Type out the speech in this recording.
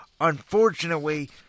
unfortunately